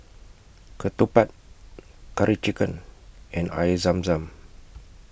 Ketupat Curry Chicken and Air Zam Zam